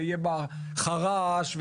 ויהיה בחרש,